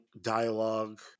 dialogue